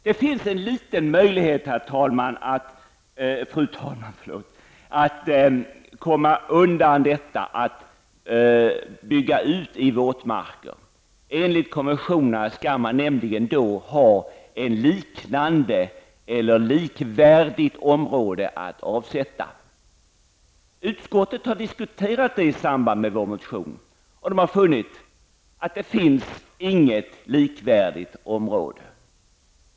Det finns en liten möjlighet, fru talman, att komma undan utbyggnad av våtmarker. Enligt konventionerna skall man då ha ett liknande eller likvärdigt område att avsätta. Utskottet har diskuterat det i samband med vår motion, och det har funnit att det inte finns något likvärdigt område.